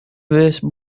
весь